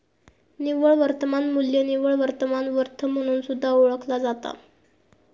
निव्वळ वर्तमान मू्ल्य निव्वळ वर्तमान वर्थ म्हणून सुद्धा ओळखला जाता